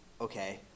Okay